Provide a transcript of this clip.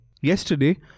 Yesterday